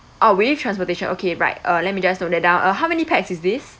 ah with transportation okay right uh let me just note that down uh how many pax is this